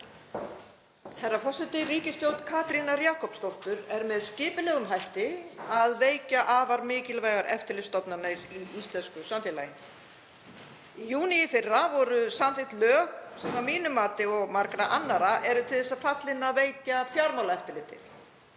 Herra forseti. Ríkisstjórn Katrínar Jakobsdóttur er með skipulegum hætti að veikja afar mikilvægar eftirlitsstofnanir í íslensku samfélagi. Í júní í fyrra voru samþykkt lög sem eru að mínu mati og margra annarra til þess fallin að veikja Fjármálaeftirlitið.